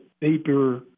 paper